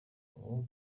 ubu